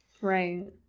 Right